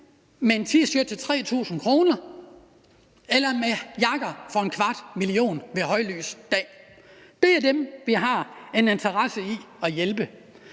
til 3.000 kr. eller med jakker for 0,25 mio. kr. ved højlys dag. Det er dem, som vi har en interesse i at hjælpe.